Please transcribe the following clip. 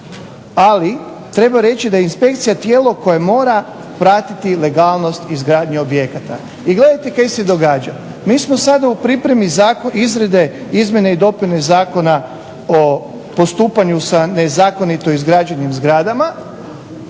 ali treba reći da je inspekcija tijelo koje mora pratiti legalnost izgradnje objekata. I gledajte kaj se događa, mi smo sad u pripremi izrade izmjene i dopune Zakona o postupanju sa nezakonito izgrađenim zgradama